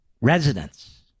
Residents